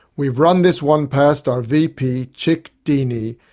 we've run this one past our vp, chick deaney,